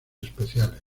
especiales